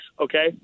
okay